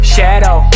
Shadow